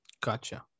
Gotcha